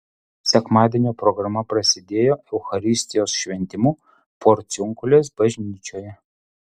sekmadienio programa prasidėjo eucharistijos šventimu porciunkulės bažnyčioje